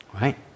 Right